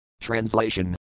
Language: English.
Translation